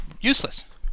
useless